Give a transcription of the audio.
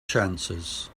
chances